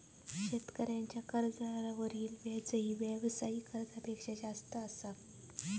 शेतकऱ्यांच्या कर्जावरील व्याजही व्यावसायिक कर्जापेक्षा जास्त असा